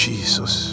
Jesus